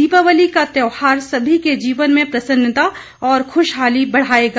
दीपावली का त्यौहार सभी के जीवन में प्रसन्नता और खुशहाली बढ़ाएगा